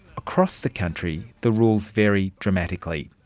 across the country the rules vary dramatically.